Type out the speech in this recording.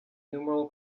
numeral